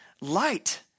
Light